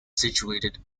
situated